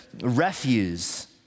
refuse